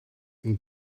een